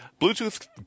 bluetooth